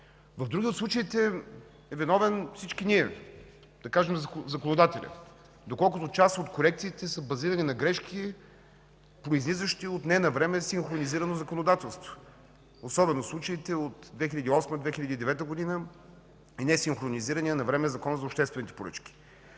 В други случаи сме виновни всички ние, законодателят, доколкото част от корекциите са базирани на грешки, произлизащи от ненавреме синхронизирано законодателство, особено в случаите от 2008 и 2009 г., и несинхронизирания навреме Закон за обществените поръчки.